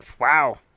wow